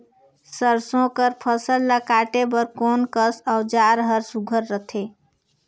सरसो कर फसल ला काटे बर कोन कस औजार हर सुघ्घर रथे?